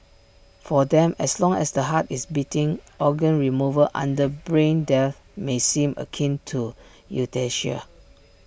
for them as long as the heart is beating organ removal under brain death may seem akin to euthanasia